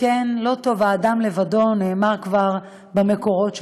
לא טוב היות האדם לבדו, נאמר כבר במקורות שלנו,